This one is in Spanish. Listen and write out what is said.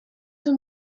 son